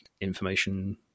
information